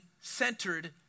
centered